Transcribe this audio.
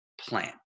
plan